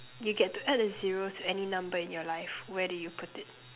you get to add a zero to any number in your life where do you put it